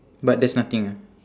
but there's nothing ah